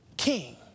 king